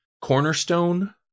cornerstone